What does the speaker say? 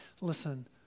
Listen